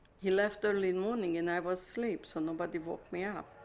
he left early morning, and i was asleep. so nobody woke me up.